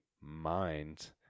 mind